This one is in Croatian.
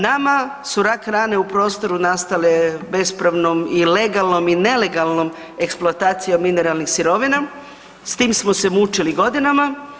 Nama su rak rane u prostoru nastale bespravnom i legalnom i nelegalnom eksploatacijom mineralnih sirovina, s tim smo se mučili godinama.